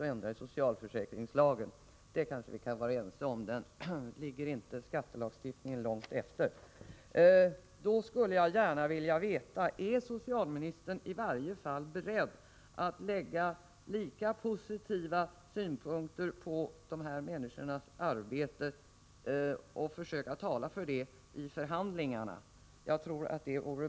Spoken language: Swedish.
Och vi kan kanske vara ense om att det är krångligt att ändra i den, för den ligger inte skattelagstiftningen långt efter. Då skulle jag gärna vilja veta: Är socialministern beredd att lägga positiva synpunkter på dessa människors arbete och försöka tala för dem i förhandlingarna? Jag tror att det vore bra.